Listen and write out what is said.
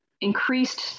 increased